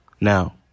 Now